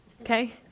okay